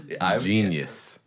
Genius